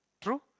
true